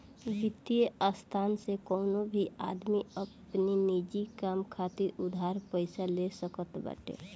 वित्तीय संस्थान से कवनो भी आदमी अपनी निजी काम खातिर उधार पईसा ले सकत बाटे